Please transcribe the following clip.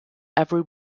every